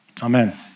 Amen